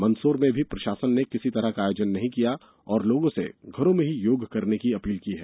मंदसौर में भी प्रशासन ने किसी तरह का आयोजन नहीं किया है और लोगों से घरों में ही योग करने की अपील की है